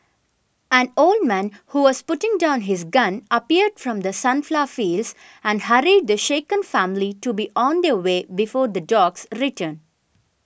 an old man who was putting down his gun appeared from the sunflower fields and hurried the shaken family to be on their way before the dogs return